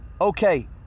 okay